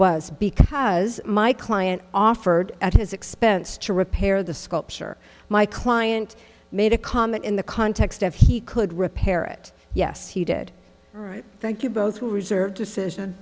was because my client offered at his expense to repair the sculpture my client made a comment in the context of he could repair it yes he did all right thank you both will reserve decision